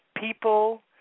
People